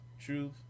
truth